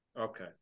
Okay